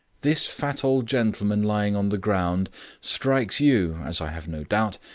this fat old gentleman lying on the ground strikes you, as i have no doubt,